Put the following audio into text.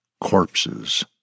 Corpses